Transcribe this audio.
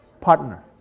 partner